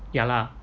ya lah